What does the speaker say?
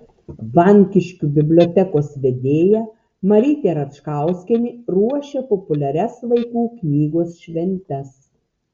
vankiškių bibliotekos vedėja marytė račkauskienė ruošia populiarias vaikų knygos šventes